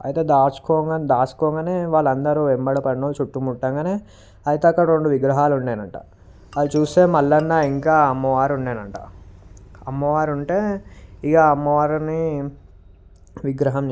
అయితే దాచుకోగానే దాచుకోగానే వాళ్ళందరూ వెంబడ పడడం చుట్టుముట్టంగనే అయితే అక్కడ రెండు విగ్రహాలు ఉండెనంట అవి చుస్తే మల్లన ఇంకా అమ్మవారు ఉండెనంట అమ్మవారు ఉంటె ఇక అమ్మవారిని విగ్రహం